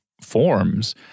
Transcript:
forms